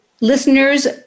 listeners